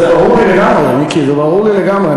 זה ברור לי לגמרי, מיקי, זה ברור לי לגמרי.